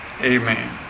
Amen